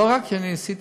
לא רק שניסיתי,